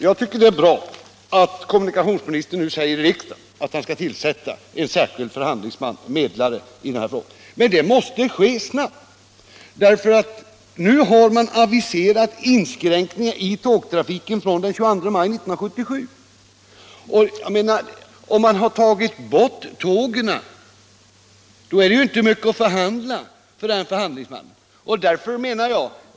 Jag tycker det är bra att kommunikationsministern säger här i riksdagen att han skall tillsätta en särskild medlare när det gäller förhandlingarna om persontrafiken på järnvägssträckan Alingsås-Göteborg. Men det måste ske snabbt, eftersom man nu har aviserat inskränkningar i tågtrafiken fr.o.m. den 22 maj 1977. Om man har tagit bort tågen, finns det ju inte mycket att förhandla om för medlaren.